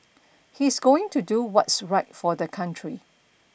he's going to do what's right for the country